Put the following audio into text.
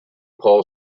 paul